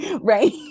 Right